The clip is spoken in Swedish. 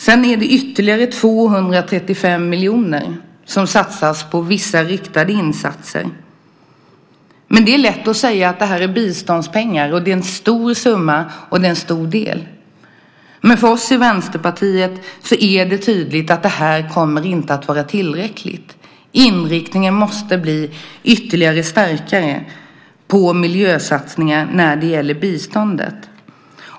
Sedan är det ytterligare 235 miljoner som satsas på vissa riktade insatser. Men det är lätt att säga att detta är biståndspengar. Det är en stor summa, och det är en stor del. Men för oss i Vänsterpartiet är det tydligt att detta inte kommer att vara tillräckligt. Det måste bli mer inriktning på miljösatsningar när det gäller biståndet.